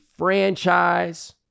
franchise